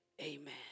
Amen